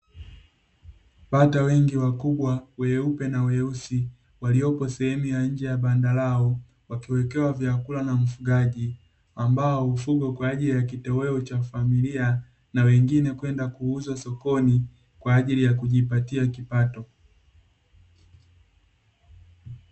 Bata wengi wakubwa weupe na weusi waliopo sehemu ya nje ya banda lao, wakiwekewa vyakula na mfugaji. Ambao hufugwa kwa ajili ya kitoweo cha familia, na wengine kwenda kuuzwa sokoni, kwa ajili ya kujipatia kipato.